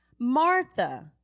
Martha